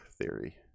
theory